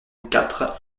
quatre